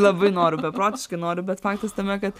labai noriu beprotiškai noriu bet faktas tame kad